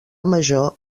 major